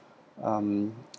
um